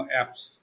apps